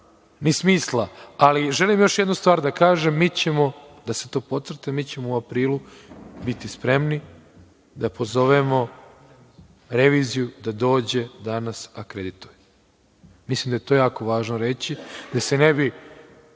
ni smisla. Želim još jednu stvar da kažem, da se to podcrta, mi ćemo u aprilu biti spremni da pozovemo reviziju da dođe da nas akredituje. Mislim da je to jako važno reći, da se ne bi